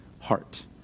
heart